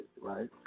right